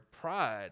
pride